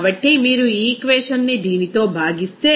కాబట్టి మీరు ఈ ఈక్వేషన్ ని దీనితో భాగిస్తే